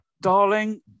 Darling